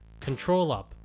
ControlUp